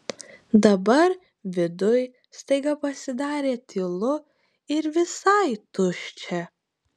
dabar viduj staiga pasidarė tylu ir visai tuščia